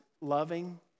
loving